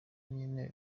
nyene